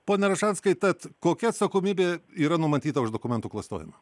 pone ražanskai tad kokia atsakomybė yra numatyta už dokumentų klastojimą